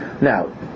Now